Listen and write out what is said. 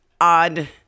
odd